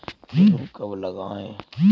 गेहूँ कब लगाएँ?